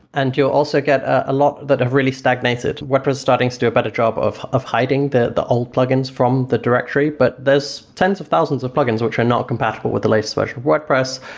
and you'll also get a lot that have really stagnated wordpress is starting to do a better job of of hiding the the old plugins from the directory, but there's tens of thousands of plugins which are not compatible with the latest version of wordpress,